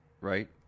right